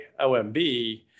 OMB